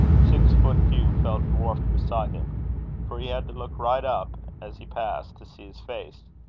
six-foot. hugh felt dwarfed beside him for he had to look right up, as he passed, to see his face.